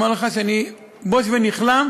בעזרת השם,